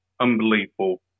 unbelievable